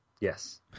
Yes